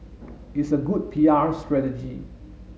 it's a good P R strategy